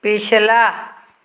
ਪਿਛਲਾ